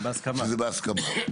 שזה בהסכמה.